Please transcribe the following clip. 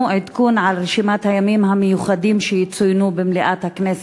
עדכון על רשימת הימים המיוחדים שיצוינו במליאת הכנסת,